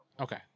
Okay